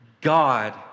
God